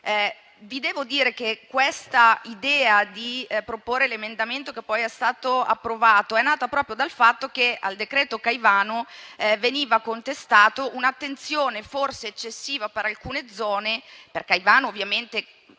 Vi devo dire che l'idea di proporre l'emendamento, che poi è stato approvato, è nata proprio dal fatto che al decreto Caivano veniva contestata un'attenzione forse eccessiva per alcune zone - ovviamente